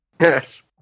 Yes